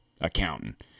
accountant